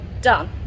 done